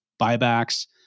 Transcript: buybacks